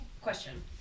Question